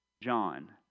John